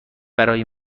برای